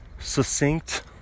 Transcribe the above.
succinct